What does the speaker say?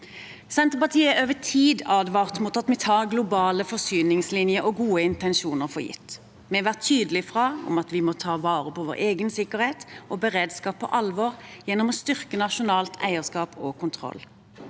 Senterpartiet har over tid advart mot at vi tar globale forsyningslinjer og gode intensjoner for gitt. Vi har vært tydelige på at vi må ta vår egen sikkerhet og beredskap på alvor gjennom å styrke nasjonalt eierskap og kontroll